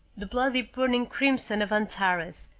the bloody burning crimson of antares,